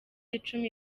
icumi